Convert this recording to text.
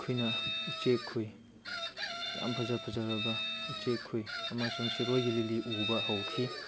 ꯑꯩꯈꯣꯏꯅ ꯎꯆꯦꯛ ꯈꯣꯏ ꯌꯥꯝ ꯐꯖ ꯐꯖꯔꯕ ꯎꯆꯦꯛ ꯈꯣꯏ ꯑꯃꯨꯁꯡ ꯁꯤꯔꯣꯏꯒꯤ ꯂꯤꯂꯤ ꯎꯕ ꯍꯧꯈꯤ